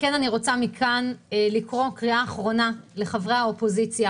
אני רוצה מכאן לקרוא קריאה אחרונה לחברי האופוזיציה